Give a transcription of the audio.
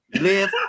Live